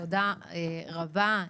תודה רבה.